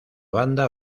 banda